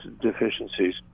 deficiencies